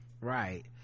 right